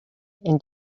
and